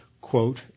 quote